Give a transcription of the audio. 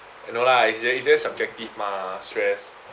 no lah it's j~ just it's just subjective mah stress